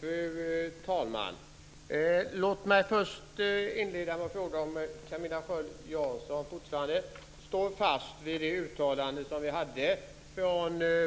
Fru talman! Låt mig inleda med att fråga om Camilla Sköld Jansson fortfarande står fast vid sin